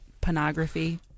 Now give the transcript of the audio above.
pornography